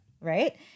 Right